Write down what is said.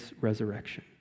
resurrection